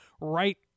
right